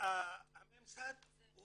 הממסד הוא